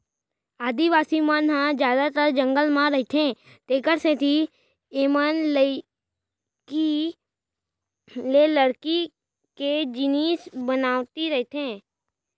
आदिवासी मन ह जादातर जंगल म रहिथे तेखरे सेती एमनलइकई ले लकड़ी के जिनिस बनावत रइथें